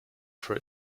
for